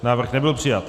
Návrh nebyl přijat.